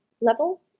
level